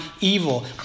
evil